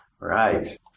Right